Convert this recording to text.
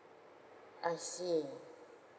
I see